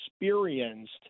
experienced